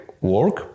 work